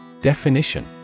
Definition